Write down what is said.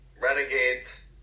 Renegades